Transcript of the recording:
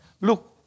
look